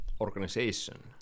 organization